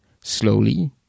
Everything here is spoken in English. slowly